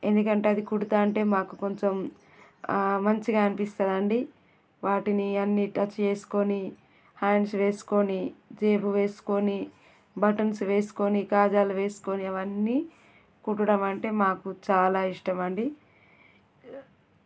ఎందుకంటే అది కుడుతాంటే మాకు కొంచెం మంచిగా అనిపిస్తాదండి వాటిని అన్నీ టచ్ చేసుకోని హ్యాండ్స్ వేసుకోని జేబు వేసుకోని బటన్స్ వేసుకోని కాజాలు వేసుకోని అవన్నీ కుట్టడమంటే మాకు చాలా ఇష్టమండి